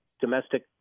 domestic